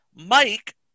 Mike